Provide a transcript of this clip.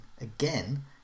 again